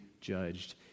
judged